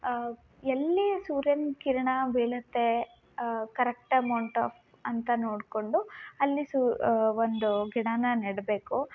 ಅ ಎಲ್ಲಿ ಸೂರ್ಯನ ಕಿರಣ ಬೀಳತ್ತೆ ಕರೆಕ್ಟ್ ಅಮೌಂಟ್ ಆಫ್ ಅಂತ ನೋಡ್ಕೊಂಡು ಅಲ್ಲಿ ಸು ಒಂದು ಗಿಡನ ನೆಡಬೇಕು